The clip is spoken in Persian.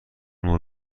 مبله